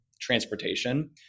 transportation